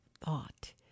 thought